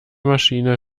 maschine